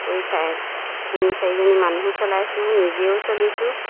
কৰি চাই তিনি চাৰিজনী মানুহো চলাইছোঁ নিজেও চলিছোঁ